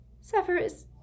Severus